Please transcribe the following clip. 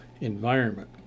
environment